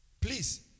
Please